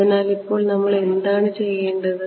അതിനാൽ ഇപ്പോൾ നമ്മൾ എന്താണ് ചെയ്യേണ്ടത്